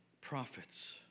prophets